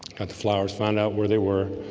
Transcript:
got the flowers found out where they were